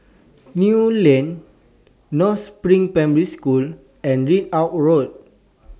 Kew Lane North SPRING Primary School and Ridout Road